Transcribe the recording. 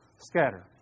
Scatter